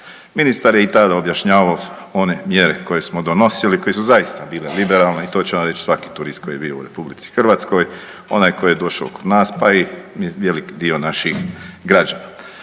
Ministar je i tada objašnjavao one mjere koje smo donosili koje su zaista bile liberalne i to će vam reći svaki turist koji je bio u RH. Onaj koji je došao kod nas, pa i velik dio naših građana.